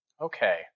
okay